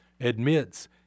admits